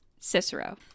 Cicero